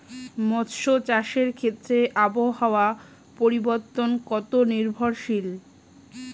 মৎস্য চাষের ক্ষেত্রে আবহাওয়া পরিবর্তন কত নির্ভরশীল?